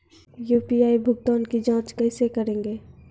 UPI भुगतान की जाँच कैसे करेंगे?